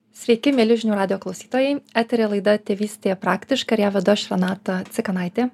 sveiki mieli žinių radijo klausytojai eteryje laida tėvystė praktiškai ir ją vedu aš renata cikanaitė